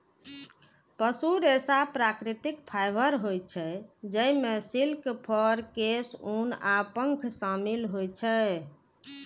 पशु रेशा प्राकृतिक फाइबर होइ छै, जइमे सिल्क, फर, केश, ऊन आ पंख शामिल होइ छै